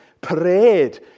parade